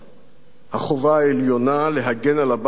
החובה העליונה, להגן על הבית מכול,